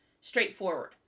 straightforward